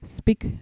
speak